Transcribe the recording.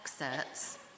excerpts